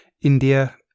India